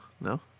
No